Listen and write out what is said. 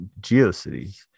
GeoCities